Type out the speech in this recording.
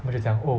他们就讲 oh